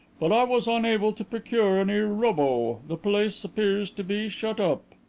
but i was unable to procure any rubbo. the place appears to be shut up.